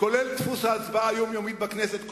כולל דפוס ההצבעה היומיומית בכנסת,